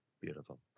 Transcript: beautiful